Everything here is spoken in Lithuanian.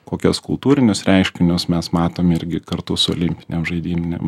kokias kultūrinius reiškinius mes matom irgi kartu su olimpinėm žaidynėm